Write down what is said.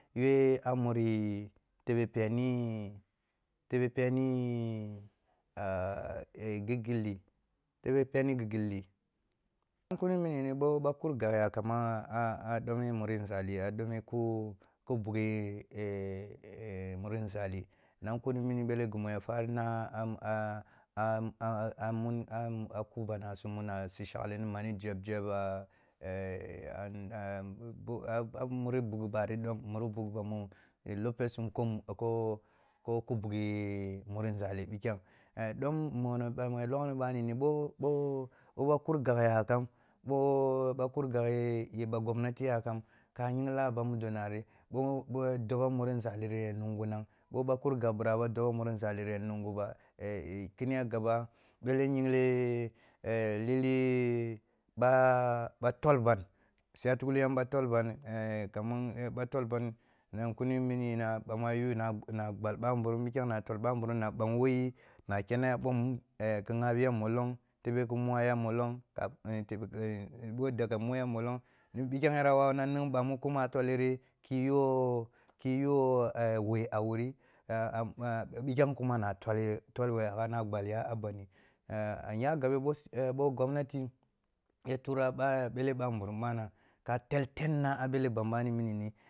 Ywe a muri tebe peni, tebe peni ghi gilli, tebe peni ghi gilli, nug kunini ɓo ɓa kur gag yakam a a ɗoah muri nȝali, a doah ko ko bughe muri nȝali nang kuni mini pele ghi mu ya farin a a kuh bana sum muna su shaghli ma ni yebyeb a muri bogh bari ɗom, muri bogh ɓamu lopesum ko ko kuh bughi muri nȝali pikhem eh dom mono bamu loghni ɓanini ɓo bo ɓa kur gag yamkam, ɓo ɓa kur gaghi ye ba gomnati ykam ka yingla a ban mudo nari dobo muri nȝaliri ya nungunang, ɓo ba kur gagh biraba dobo muri nȝali ya nungu ba. Eh kiniyi a gaba bele yingle lili ba ba tol ban, satatugliniya ba tol ban ɓa tol ban nan kuni mini na ɓa mu yu na na gɓal ɓambunim, pikehm na to ɓamburum na ɓang wo yi, ma kene na ɓong ki nghabiya molong, tebe ki mwa ya molong ɓo daka mwe ya molong, na pikhenyara wawuna ning ɓamuko mu a tolliri ki yu wo, ki yu wo eh when a wuri piklem kuma na tol whengha ka gɓalya a bandi, ah nyagabe ɓo gomnati ya turrah ɓa ɓele bambun ka tel tenna a ɓele ban ɓani minini.